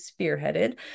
spearheaded